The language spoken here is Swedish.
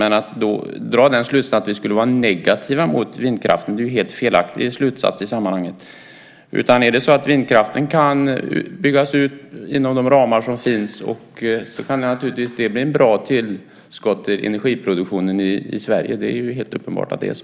Men att dra slutsatsen att vi skulle vara negativa mot vindkraften är en helt felaktig slutsats i sammanhanget. Är det så att vindkraften kan byggas ut inom de ramar som finns så kan det naturligtvis bli ett bra tillskott till energiproduktionen i Sverige. Det är helt uppenbart att det är så.